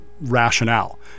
rationale